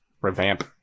revamp